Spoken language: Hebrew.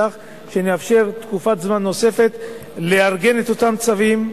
בכך שנאפשר תקופת זמן נוספת לארגן את אותם צווים,